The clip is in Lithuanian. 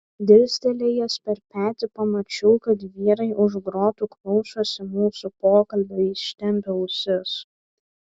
dirstelėjęs per petį pamačiau kad vyrai už grotų klausosi mūsų pokalbio ištempę ausis